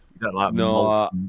No